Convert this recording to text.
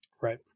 Right